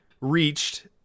reached